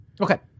Okay